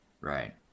Right